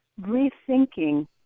rethinking